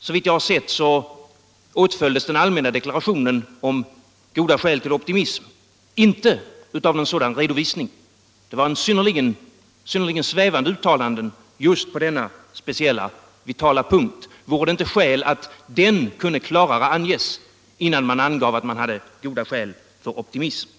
Såvitt jag har sett åtföljdes den allmänna deklarationen om goda skäl till optimism inte av någon sådan redovisning. Det var synnerligen svävande uttalanden som gjordes just på denna speciella, vitala punkt. Vore det inte skäl till en klarare redovisning innan man angav att man hade goda skäl till optimism?